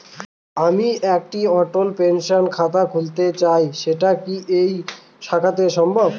আমি একটি অটল পেনশন খাতা খুলতে চাই সেটা কি এই শাখাতে সম্ভব?